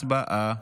הצבעה.